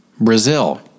Brazil